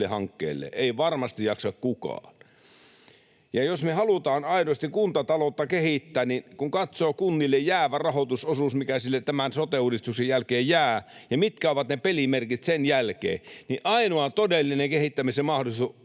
Ei varmasti jaksa kukaan. Ja jos me halutaan aidosti kuntataloutta kehittää, niin kun katsoo kunnille jäävää rahoitusosuutta, mikä sille tämän sote-uudistuksen jälkeen jää, ja katsoo, mitkä ovat ne pelimerkit sen jälkeen, niin ainoa todellinen kehittämisen mahdollisuus